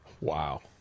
Wow